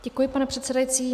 Děkuji, pane předsedající.